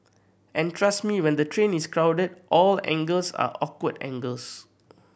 and trust me when the train is crowded all angles are awkward angles